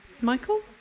Michael